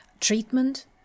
treatment